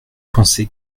penser